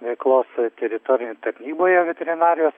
veiklos teritoriją tarnyboje veterinarijos